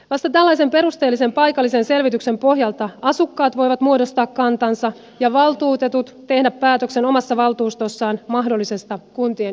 vasta tällaisen perusteellisen paikallisen selvityksen pohjalta asukkaat voivat muodostaa kantansa ja valtuutetut tehdä päätöksen omassa valtuustossaan mahdollisesta kuntien yhdistymisestä